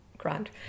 Grand